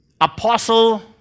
Apostle